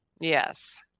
Yes